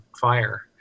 fire